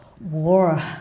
war